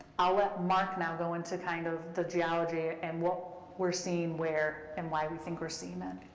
i'll let mark now go into kind of the geology, and what we're seeing where, and why we think we're seeing it.